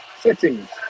settings